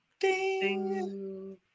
Ding